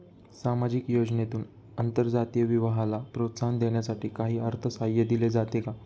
सामाजिक योजनेतून आंतरजातीय विवाहाला प्रोत्साहन देण्यासाठी काही अर्थसहाय्य दिले जाते का?